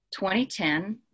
2010